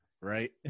right